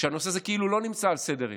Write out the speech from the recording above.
שהנושא הזה כאילו לא נמצא על סדר-היום,